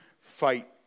fight